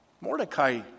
Mordecai